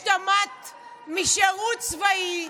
את השתמטת משירות צבאי,